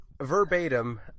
verbatim